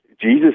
Jesus